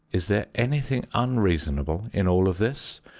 is there anything unreasonable in all of this?